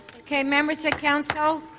okay. members of council,